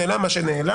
נעלם מה שנעלם,